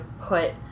put